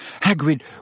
Hagrid